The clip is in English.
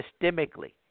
systemically